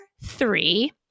three